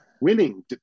winning